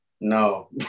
No